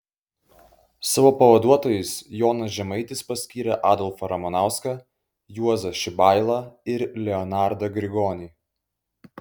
savo pavaduotojais jonas žemaitis paskyrė adolfą ramanauską juozą šibailą ir leonardą grigonį